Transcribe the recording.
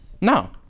No